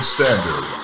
Standard